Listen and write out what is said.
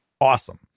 awesome